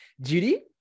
Judy